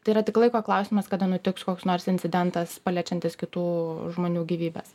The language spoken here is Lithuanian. tai yra tik laiko klausimas kada nutiks koks nors incidentas paliečiantis kitų žmonių gyvybes